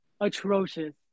atrocious